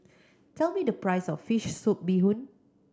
tell me the price of fish soup bee hoon